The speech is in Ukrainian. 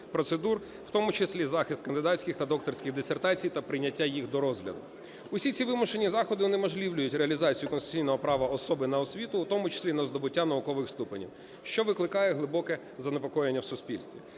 в тому числі захист кандидатських та докторських дисертацій та прийняття їх до розгляду. Усі ці вимушені заходи унеможливлюють реалізацію конституційного права особи на освіту, у тому числі на здобуття наукових ступенів, що викликає глибоке занепокоєння в суспільстві.